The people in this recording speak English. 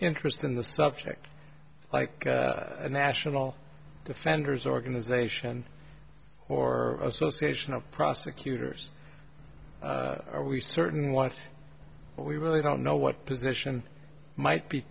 interest in the subject like a national defenders organization or association of prosecutors are we certain what we really don't know what position might be